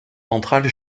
ventrale